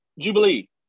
Jubilee